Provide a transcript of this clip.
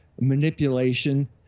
manipulation